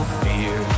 fear